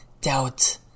doubt